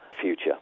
future